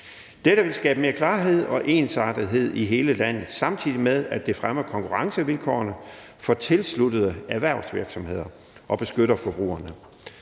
Dette vil skabe mere klarhed og ensartethed i hele landet, samtidig med at det fremmer konkurrencevilkårene for tilsluttede erhvervsvirksomheder og beskytter forbrugerne.